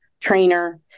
trainer